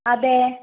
അതെ